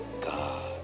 God